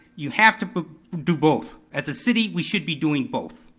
you have to do both. as a city we should be doing both.